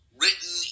written